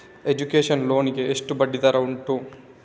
Education loan ಗೆ ಎಷ್ಟು ಬಡ್ಡಿ ದರ ಉಂಟು?